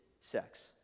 sex